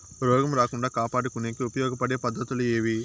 రోగం రాకుండా కాపాడుకునేకి ఉపయోగపడే పద్ధతులు ఏవి?